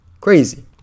crazy